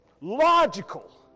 logical